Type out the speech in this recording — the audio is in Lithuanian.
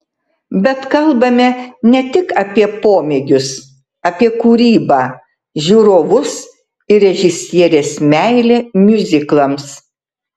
bet kalbame ne tik apie pomėgius apie kūrybą žiūrovus ir režisierės meilę miuziklams